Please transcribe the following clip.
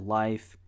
life